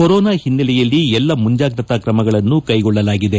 corona ಹಿನ್ನೆಲೆಯಲ್ಲಿ ಎಲ್ಲಾ ಮುಂಜಾಗ್ರತಾ ತ್ರಮಗಳನ್ನು ಕೈಗೊಳ್ಳಲಾಗಿದೆ